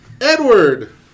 Edward